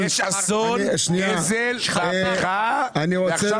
אני רוצה